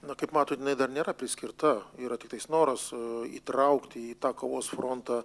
na kaip matot jinai dar nėra priskirta yra tiktais noras įtraukti į tą kovos frontą